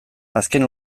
azken